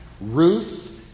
Ruth